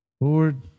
Lord